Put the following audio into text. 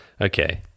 okay